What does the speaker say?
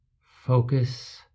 Focus